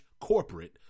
corporate